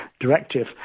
directive